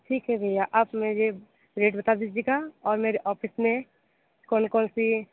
ठीक है भैया आप मेरे रेट बता दीजिएगा और मेरे ऑफिस में कौन कौन सी